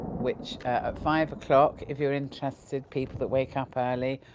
which. at five o'clock if you're interested people that wake up early,